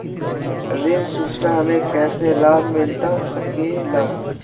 ऋण सूचना हमें कैसे लाभ मिलता सके ला?